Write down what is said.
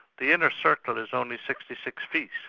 the inner circle is only sixty six feet,